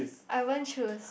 I won't choose